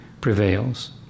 prevails